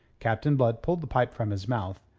captain blood pulled the pipe from his mouth,